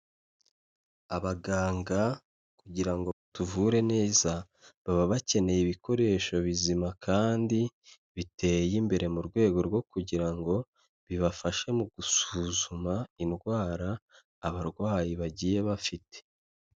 Abaganga kugira ngo batuvure neza, baba bakeneye ibikoresho bizima kandi biteye imbere, mu rwego rwo kugira ngo bibafashe mu gusuzuma indwara abarwayi bagiye bafite.